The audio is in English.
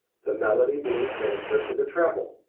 the melody being transferred to the treble.